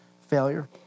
failure